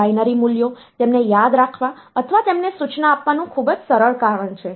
binary મૂલ્યો તેમને યાદ રાખવા અથવા તેમને સૂચના આપવાનું ખૂબ જ સરળ કારણ છે